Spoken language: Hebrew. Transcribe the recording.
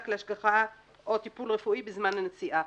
להשגחה או טיפול רפואי בזמן הנסיעה.